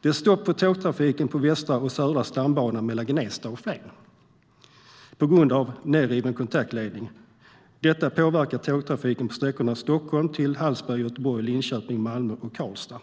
Det är stopp på tågtrafiken på Västra och Södra stambanan mellan Gnesta och Flen på grund av nedriven kontaktledning. Detta påverkar tågtrafiken på sträckorna till Hallsberg, Göteborg, Linköping, Malmö och Karlstad.